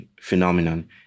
phenomenon